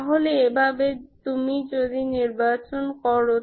তাহলে এভাবে তুমি যদি নির্বাচন করো